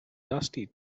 dusty